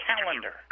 calendar